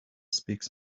speaks